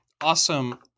Awesome